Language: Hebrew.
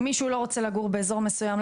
אם מישהו לא רוצה לגור באזור מסוים,